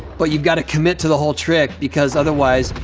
but you've gotta commit to the whole trick because, otherwise,